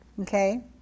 Okay